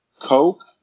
coke